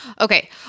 Okay